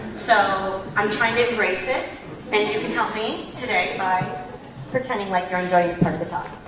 so i'm trying to embrace it and you can help me today by pretending like you're enjoying this part of the talk.